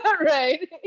Right